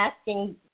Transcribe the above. asking